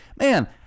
man